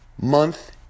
month